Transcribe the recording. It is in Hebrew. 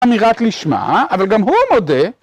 ‫אמירת לשמה, אבל גם הוא מודה.